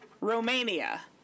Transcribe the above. Romania